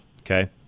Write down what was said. Okay